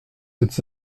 êtes